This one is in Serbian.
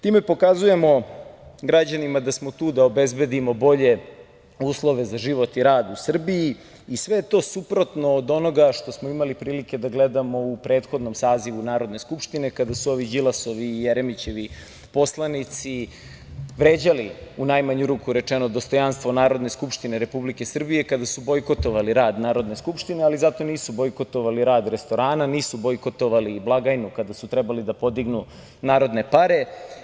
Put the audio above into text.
Time pokazujemo građanima da smo tu da obezbedimo bolje uslove za život i rad u Srbiji i sve to suprotno od onoga što smo imali prilike da gledamo u prethodnom sazivu Narodne skupštine kada su ovi Đilasovi i Jeremićevi poslanici vređali, u najmanju ruku rečeno, dostojanstvo Narodne skupštine Republike Srbije, kada su bojkotovali rad Narodne skupštine, ali zato nisu bojkotovali rad restorana, nisu bojkotovali blagajnu kada su trebali da podignu narodne pare.